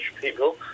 people